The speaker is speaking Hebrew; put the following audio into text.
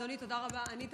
אדוני, תודה רבה, ענית